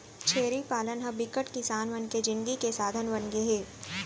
छेरी पालन ह बिकट किसान मन के जिनगी के साधन बनगे हे